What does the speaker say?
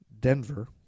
Denver